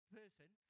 person